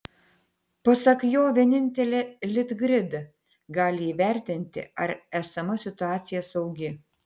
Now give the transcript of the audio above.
pasak jo vienintelė litgrid gali įvertinti ar esama situacija saugi